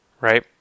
Right